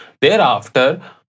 Thereafter